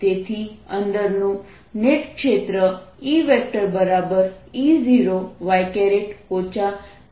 તેથી અંદરનું નેટ ક્ષેત્ર EE0y P20y લાગુ થઈ રહ્યું છે